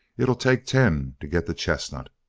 it'll take ten to get the chestnut.